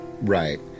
right